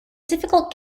difficult